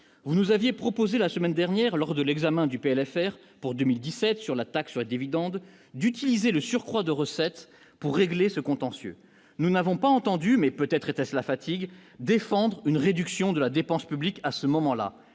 vous nous aviez proposé la semaine dernière lors de l'examen du PLFR pour 2017 sur la taxe dividende d'utiliser le surcroît de recettes pour régler ce contentieux, nous n'avons pas entendu, mais peut-être était cela fatigue défendre une réduction de la dépense publique à ce moment-là,